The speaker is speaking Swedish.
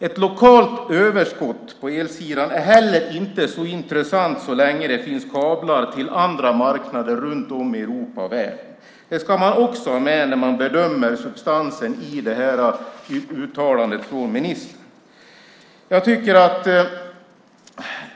Ett lokalt överskott på elsidan är heller inte så intressant så länge det finns kablar till andra marknader runt om i Europa och världen. Det ska man också ha med när man bedömer substansen i det här uttalandet från ministern.